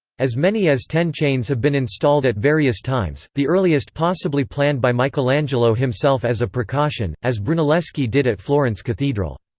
as many as ten chains have been installed at various times, the earliest possibly planned by michelangelo himself as a precaution, as brunelleschi did at florence cathedral.